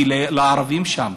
כי היא לערבים שם.